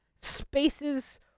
spaces